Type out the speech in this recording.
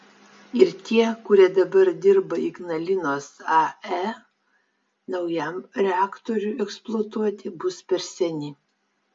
ir tie kurie dabar dirba ignalinos ae naujam reaktoriui eksploatuoti bus per seni